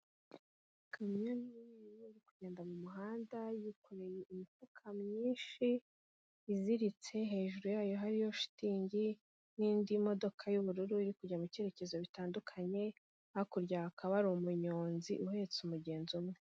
Ikamyo niniri iri kugenda mu muhanda yikoreye imifuka myinshi, iziritse hejuru yayo hariyo shitingi n'indi modoka y'ubururu iri kujya mu cyerekezo bitandukanye hakurya akaba ari umunyonzi uhetse umugenzi umwe.